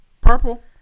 Purple